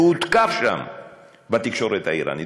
והותקף שם בתקשורת האיראנית,